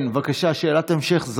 שאלת המשך.